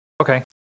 Okay